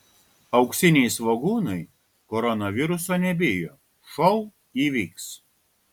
auksiniai svogūnai koronaviruso nebijo šou įvyks